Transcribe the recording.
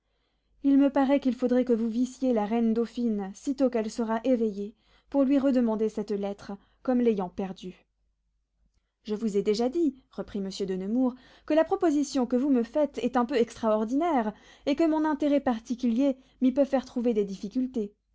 il me paraît qu'il faudrait que vous vissiez la reine dauphine sitôt qu'elle sera éveillée pour lui redemander cette lettre comme l'ayant perdue je vous ai déjà dit reprit monsieur de nemours que la proposition que vous me faites est un peu extraordinaire et que mon intérêt particulier m'y peut faire trouver des difficultés